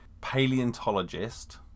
paleontologist